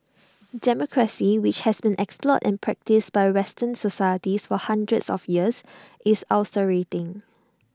democracy which has been explored and practised by western societies for hundreds of years is ulcerating